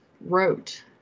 wrote